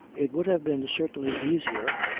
it would have been certainly easier.